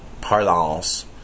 parlance